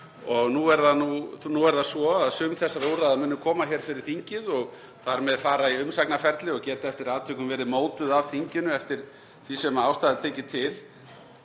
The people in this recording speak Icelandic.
Nú er það svo að sum þessara úrræða munu koma fyrir þingið og þar með fara í umsagnarferli og geta eftir atvikum verið mótuð af þinginu eftir því sem ástæða þykir til.